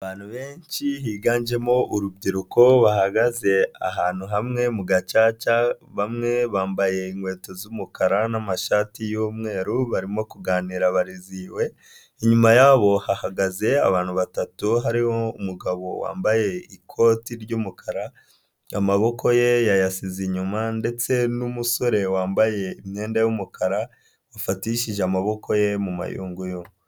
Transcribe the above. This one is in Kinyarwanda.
Abantu benshi higanjemo urubyiruko bahagaze ahantu hamwe mu gacaca, bamwe bambaye inkweto z'umukara n'amashati y'umweru barimo kuganira bareziwe, inyuma yabo hahagaze abantu batatu hariho umugabo wambaye ikoti ry'umukara amaboko ye yayasize inyuma ndetse n'umusore wambaye imyenda y'umukara wafatishije amaboko ye mu mayunguyungu.